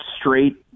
straight –